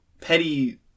petty